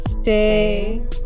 stay